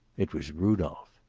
it was rudolph.